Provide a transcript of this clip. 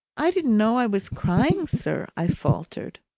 i didn't know i was crying, sir, i faltered.